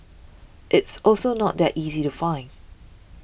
it's also not that easy to find